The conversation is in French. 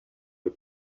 les